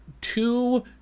two